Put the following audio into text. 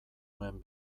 nuen